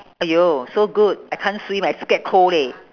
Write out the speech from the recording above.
!aiyo! so good I can't swim I scared cold leh